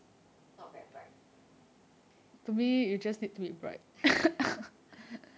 not very bright